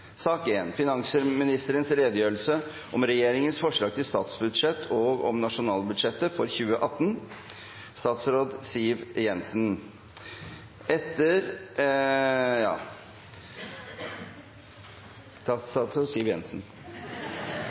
sak nr. 1. Presidenten vil foreslå at finansministerens redegjørelse om regjeringens forslag til statsbudsjett og om nasjonalbudsjettet for 2018